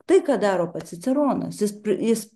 tai ką daro pats ciceronas jis jis